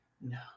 no